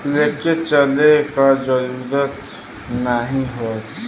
लेके चले क जरूरत नाहीं हौ